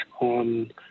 on